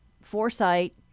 foresight